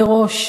מראש,